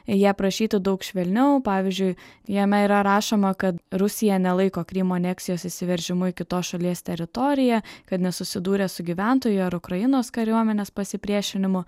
jie aprašyti daug švelniau pavyzdžiui jame yra rašoma kad rusija nelaiko krymo aneksijos įsiveržimu į kitos šalies teritoriją kad nesusidūrė su gyventojų ar ukrainos kariuomenės pasipriešinimu